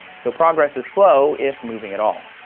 so progress is slow if moving at all.